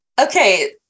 Okay